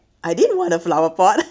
I didn't want a flower pot